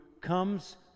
comes